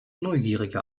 neugierige